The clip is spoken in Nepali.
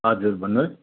हजुर भन्नुहोस्